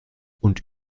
und